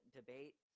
debate